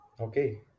Okay